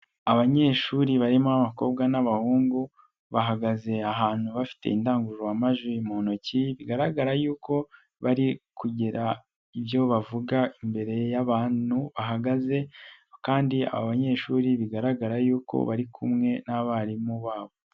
Abanyeshuri barimo abakobwa n'abahungu bahagaze ahantu bafite indangururamajwi mu ntoki, bigaragara yuko bari kugira ibyo bavuga imbere y'abantu bahagaze kandi aba banyeshuri bigaragara yuko bari kumwe n'abarimu babo.